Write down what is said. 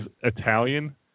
Italian